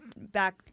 back